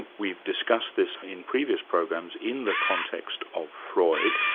and we've discussed this in previous programs in the context of freud.